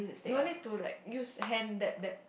no need to like use hand that bad